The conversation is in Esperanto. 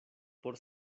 por